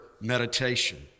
meditation